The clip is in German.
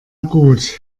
gut